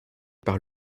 par